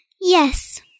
Yes